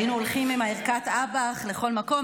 היינו הולכים עם ערכת האב"כ לכל מקום,